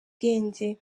bwenge